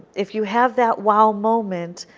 if you have that wow moment,